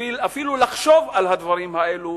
בשביל אפילו לחשוב על הדברים האלו